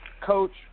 Coach